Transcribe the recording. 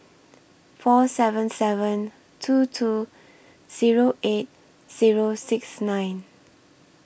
four seven seven two two Zero eight Zero six nine